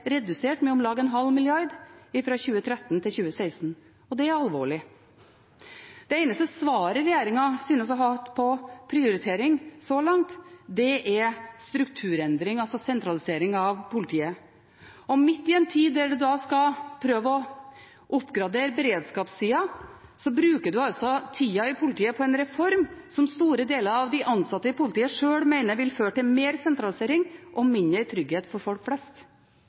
alvorlig. Det eneste svaret regjeringen synes å ha på prioritering så langt, er strukturendring, altså sentralisering av politiet. Midt i en tid der en skal prøve å oppgradere beredskapssida, bruker man i politiet tida på en reform som store deler av de ansatte i politiet sjøl mener vil føre til mer sentralisering og mindre trygghet for folk flest.